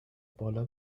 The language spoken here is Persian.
بالا